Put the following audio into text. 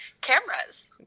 cameras